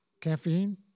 Caffeine